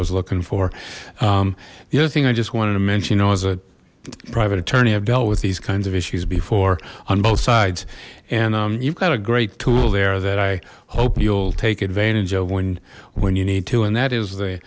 was looking for the other thing i just wanted to mention i was a private attorney i've dealt with these kinds of issues before on both sides and you've got a great tool there that i hope you'll take advantage of when when you need to and that is the